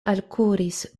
alkuris